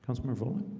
councilor for